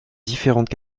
différentes